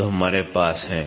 तो हमारे पास है